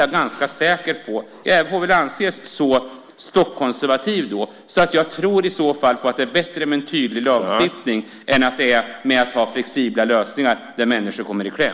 Jag får väl anses vara stockkonservativ, men jag tror att det är bättre med en tydlig lagstiftning än med flexibla lösningar där människor kommer i kläm.